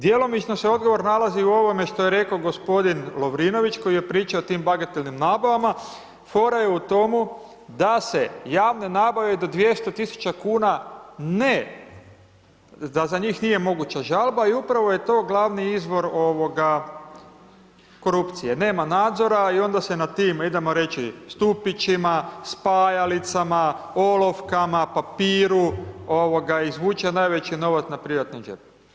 Djelomično se odgovor nalazi u ovome što je rekao g. Lovrinović koji je pričao o tim bagatelnim nabavama, fora je u tomu da se javne nabave do 200.000,00 kn ne, da za njih nije moguća žalba i upravo je to glavni izvor korupcije, nema nadzora i onda se na tim, idemo reći, stupićima, spajalicama, olovkama, papiru, izvuče najveći novac na privatnom džepu.